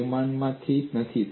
તે વિમાનમાં નથી